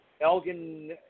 Elgin